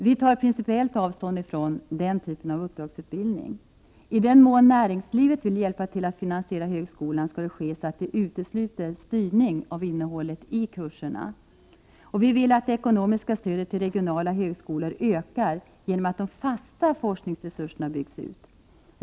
Vi tar principiellt avstånd från den typen av uppdragsutbildning. I den mån näringslivet vill hjälpa till att finansiera högskolan, skall det ske så att det utesluter styrning av innehållet i kurserna. Vi vill att det ekonomiska stödet till regionala högskolor ökar genom att de fasta forskningsresurserna byggs ut.